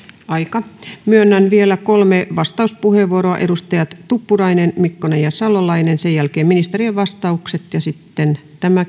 myönnän vielä kolme vastauspuheenvuoroa edustajille tuppurainen mikkonen ja salolainen sen jälkeen ministerien vastaukset ja sitten tämä